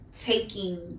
taking